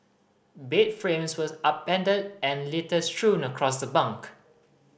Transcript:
bed frames were upended and litter strewn across the bunk